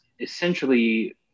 essentially